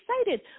excited